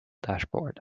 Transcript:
dashboard